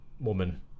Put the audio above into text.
woman